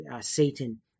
Satan